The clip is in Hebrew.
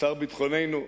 שר ביטחוננו,